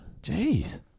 Jeez